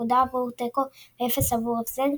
נקודה עבור תיקו ואפס עבור הפסד,